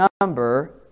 number